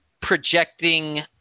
projecting